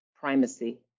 primacy